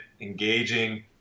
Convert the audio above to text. engaging